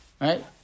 right